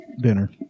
dinner